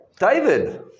David